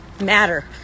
matter